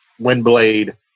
Windblade